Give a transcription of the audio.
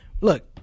Look